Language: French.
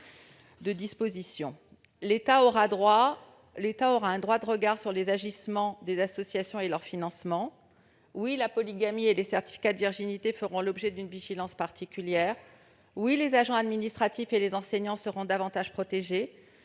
Philippe Bas. L'État aura un droit de regard sur les agissements des associations et sur leur financement. Oui, la polygamie et les certificats de virginité feront l'objet d'une vigilance particulière. Oui, les agents administratifs et les enseignants seront davantage protégés.